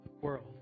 world